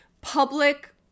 public